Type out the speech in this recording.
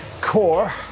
core